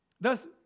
Thus